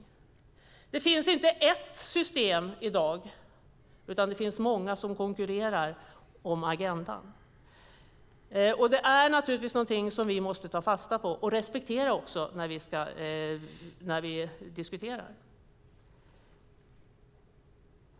Det finns inte ett enda system i dag, utan det finns många som konkurrerar om agendan. Det är någonting som vi måste ta fasta på och respektera när vi diskuterar.